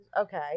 Okay